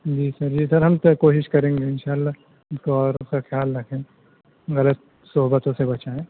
جی sir جی sir ہم پر کوشش کریں گے انشاء اللہ اس کو اور اس کا خیال رکھیں برے صحبتوں سے بچائیں